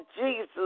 Jesus